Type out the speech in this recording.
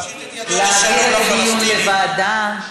להעביר את הדיון לוועדה.